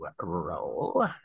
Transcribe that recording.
roll